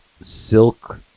silk